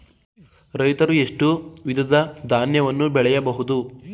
ರೈತರು ಎಷ್ಟು ವಿಧದ ಧಾನ್ಯಗಳನ್ನು ಬೆಳೆಯಬಹುದು?